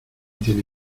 tiene